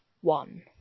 one